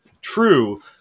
true